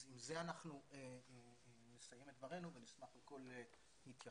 עם זה אנחנו נסיים את דברינו ונשמח לכל התייחסות.